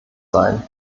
sein